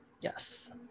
Yes